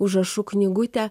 užrašų knygutę